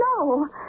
No